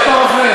עוד פעם מפלה?